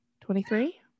Twenty-three